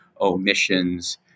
omissions